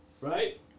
Right